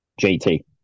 JT